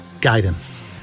Guidance